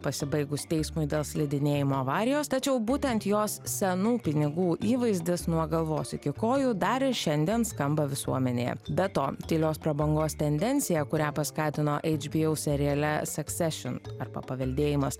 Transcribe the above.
pasibaigus teismui dėl slidinėjimo avarijos tačiau būtent jos senų pinigų įvaizdis nuo galvos iki kojų dar ir šiandien skamba visuomenėje be to tylios prabangos tendenciją kurią paskatino hbo seriale seksešion arba paveldėjimas